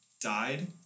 died